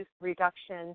reduction